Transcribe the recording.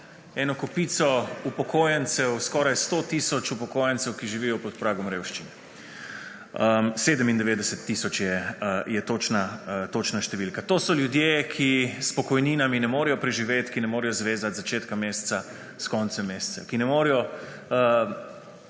eno kopico upokojencev, skoraj 100 tisoč upokojencev, ki živijo pod pragom revščine, 97 tisoč je točna številka. To so ljudje, ki s pokojninami ne morejo preživeti, ki ne morejo zvezat začetka meseca s koncem meseca, ki ne morejo